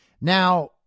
Now